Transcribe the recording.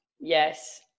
Yes